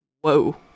Whoa